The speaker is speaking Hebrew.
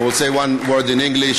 I would say one word in English,